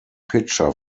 pitcher